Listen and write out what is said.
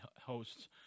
hosts